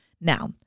Now